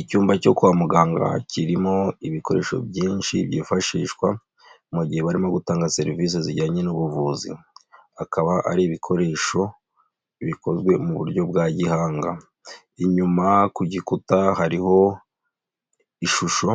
Icyumba cyo kwa muganga, kirimo ibikoresho byinshi byifashishwa mu gihe barimo gutanga serivisi zijyanye n'ubuvuzikaba, akaba ari ibikoresho bikozwe mu buryo bwa gihanga, inyuma kugikuta hariho ishusho,